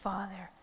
Father